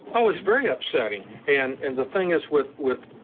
ah is very upsetting, and and the thing is with with